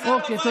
אוקיי,